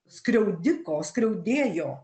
skriaudiko skriaudėjo